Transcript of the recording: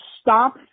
stop